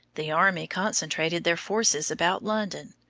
the army concentrated their forces about london,